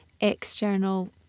external